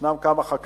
יש כמה חקלאים